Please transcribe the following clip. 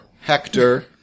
Hector